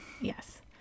Yes